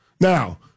Now